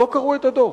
לא קראו את הדוח.